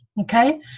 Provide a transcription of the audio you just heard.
Okay